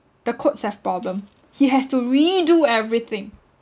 the codes have problem he has to redo everything